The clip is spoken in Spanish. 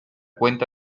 cuenta